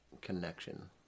connection